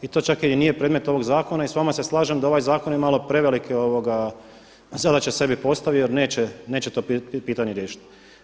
I to čak i nije predmet ovog zakona i s vama se slažem da ovaj zakon je malo prevelike zadaće sebi postavio jer neće to pitanje riješiti.